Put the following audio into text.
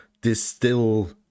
distill